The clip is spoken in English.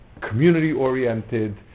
community-oriented